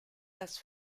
las